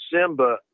Simba